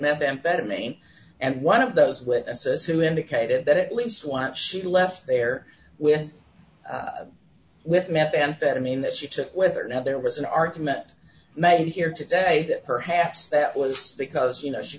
methamphetamine and one of those witnesses who indicated that at least want she left there with with methamphetamine that she took with her now there was an argument made here today that perhaps that was because you know she